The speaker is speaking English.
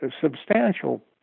substantial